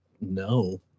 No